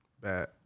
bad